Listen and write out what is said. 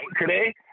today